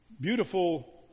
beautiful